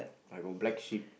I got black sheep